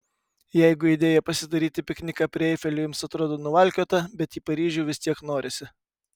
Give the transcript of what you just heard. jeigu idėja pasidaryti pikniką prie eifelio jums atrodo nuvalkiota bet į paryžių vis tiek norisi